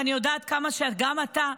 אני יודעת כמה גם אתה,